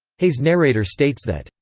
hay's narrator states that,